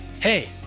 hey